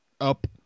up